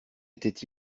étaient